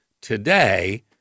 today